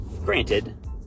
Granted